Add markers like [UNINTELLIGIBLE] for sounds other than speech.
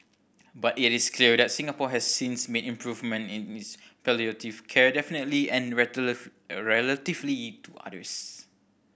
but it is clear that Singapore has since made improvements in its palliative care definitively and [UNINTELLIGIBLE] relatively to others